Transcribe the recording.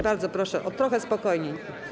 Bardzo proszę, trochę spokojniej.